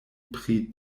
pri